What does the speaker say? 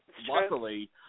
luckily –